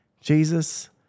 Jesus